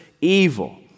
evil